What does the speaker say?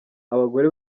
abagore